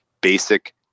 basic